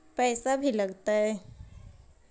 पैसा भी लगतय?